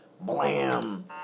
blam